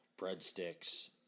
breadsticks